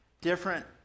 different